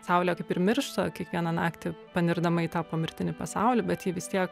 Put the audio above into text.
saulė kaip ir miršta kiekvieną naktį panirdama į tą pomirtinį pasaulį bet ji vis tiek